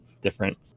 different